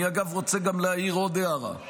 אגב, אני רוצה להעיר עוד הערה: